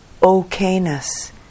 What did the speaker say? okayness